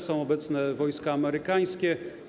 Są obecne wojska amerykańskie.